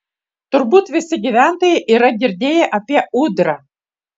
turbūt visi gyventojai yra girdėję apie ūdrą